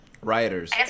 Rioters